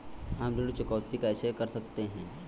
हम ऋण चुकौती कैसे कर सकते हैं?